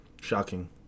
Shocking